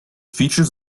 features